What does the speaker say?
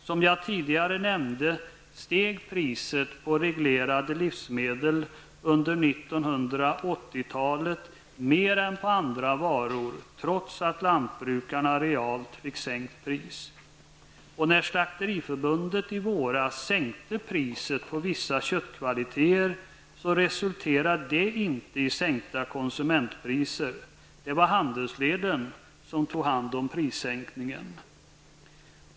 Som jag tidigare nämnde, steg priset på reglerade livsmedel under 1980-talet mer än på andra varor, trots att lantbrukarna realt fick sänkt pris. När slakteriförbundet i våras sänkte priset på vissa köttkvaliteter, resulterade det inte i sänkta konsumentpriser. Det var handelsleden som tog hand om prissänkningen.